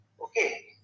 okay